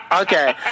Okay